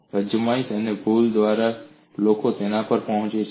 અજમાયશ અને ભૂલ દ્વારા લોકો તેના પર પહોંચે છે